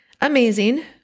Amazing